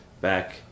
back